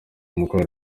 mukuru